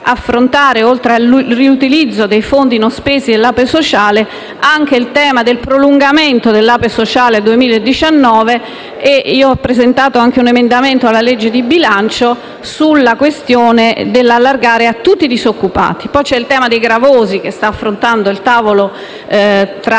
affrontare, oltre al riutilizzo dei fondi non spesi dell'APE sociale, anche il tema del prolungamento dell'APE sociale 2019 e personalmente ho presentato un emendamento alla legge di bilancio sulla questione dell'allargamento di tali misure a tutti i disoccupati, poi c'è il tema dei lavori gravosi, che sta affrontando il tavolo tra